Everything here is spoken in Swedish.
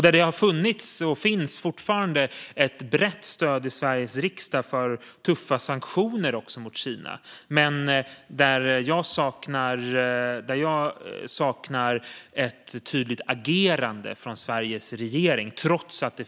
Det har funnits och finns fortfarande ett brett stöd i Sveriges riksdag för tuffa sanktioner mot Kina, men trots detta breda stöd saknar jag ett tydligt agerande från Sveriges regering.